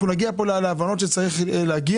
אנחנו נגיע פה להבנות שאליהן צריך להגיע,